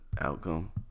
outcome